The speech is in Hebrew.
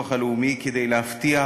כאמור, ניסו להסיט את הדיון: